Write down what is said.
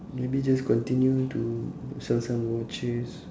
maybe just continue to sell some watches